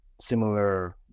Similar